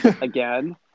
again